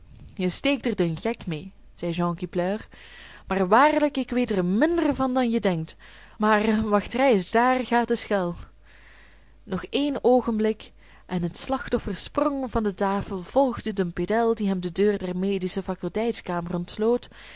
je steekt er den gek mee zei jean qui pleure maar waarlijk ik weet er minder van dan je denkt maar wacht reis daar gaat de schel nog één oogenblik en het slachtoffer sprong van de tafel volgde den pedel die hem de deur der medische